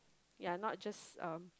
ya not just um